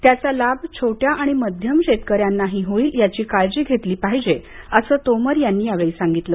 त्याचा लाभ छोट्या आणि मध्यम शेतकऱ्यांनाही होईल याची काळजी घेतली पाहिजे असं तोमर यांनी यावेळी सांगितलं